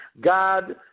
God